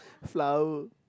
flour